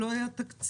לא היה תקציב.